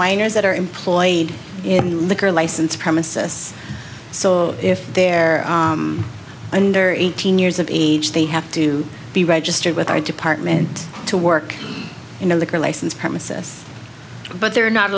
minors that are employed in liquor license premises so if they're under eighteen years of age they have to be registered with our department to work in a liquor license premises but they're not